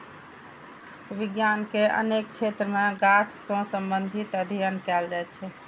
विज्ञान के अनेक क्षेत्र मे गाछ सं संबंधित अध्ययन कैल जाइ छै